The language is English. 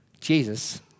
Jesus